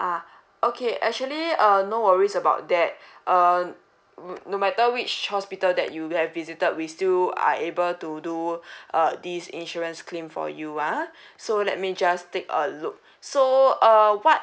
ah okay actually uh no worries about that err mm no matter which hospital that you have visited we still are able to do err this insurance claim for you ah so let me just take a look so uh what